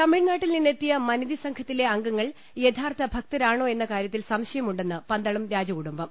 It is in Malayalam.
തമിഴ്നാട്ടിൽനിന്നെത്തിയ മനിതി സംഘത്തിലെ അംഗങ്ങൾ യഥാർത്ഥ ഭക്തരാണോ എന്ന കാര്യത്തിൽ സംശയമുണ്ടെന്ന് പന്തളം രാജകുടുംബം